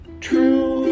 true